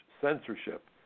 censorship